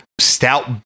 stout